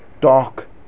dark